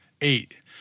Eight